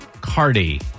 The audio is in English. Cardi